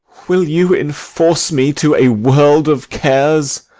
will you enforce me to a world of cares?